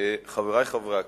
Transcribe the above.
תודה, חברי חברי הכנסת,